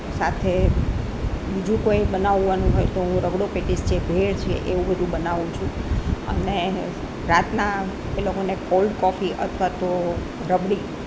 સાથે બીજો કોઈ બનાવવાનું હોય તો હું રગડો પેટીસ છે ભેળ છે એવું બધું બનાવું છું અને રાતના એ લોકોને કોલ્ડ કોફી અથવા તો રબડી